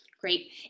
Great